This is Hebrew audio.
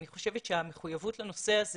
אני חושבת שהמחויבות לנושא הזה